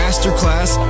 Masterclass